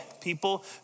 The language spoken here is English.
people